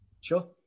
sure